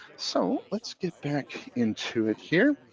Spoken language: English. so let's get back into it here.